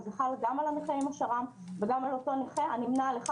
וזה חל גם על הנכה אם הוא שר"מ וגם על אותו נכה הנמנה על אחד